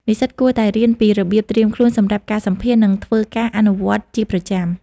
និស្សិតគួរតែរៀនពីរបៀបត្រៀមខ្លួនសម្រាប់ការសម្ភាសន៍ និងធ្វើការអនុវត្តន៍ជាប្រចាំ។